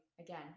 again